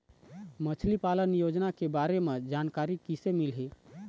मछली पालन योजना के बारे म जानकारी किसे मिलही?